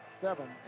seven